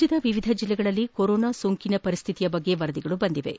ರಾಜ್ಯದ ವಿವಿಧ ಜೆಲ್ಲೆಗಳಲ್ಲಿ ಕೊರೋನಾ ಸೋಂಕಿನ ಪರಿಸ್ಥಿತಿಯ ಬಗ್ಗೆ ವರದಿಗಳು ಬಂದಿವೆ